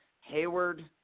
Hayward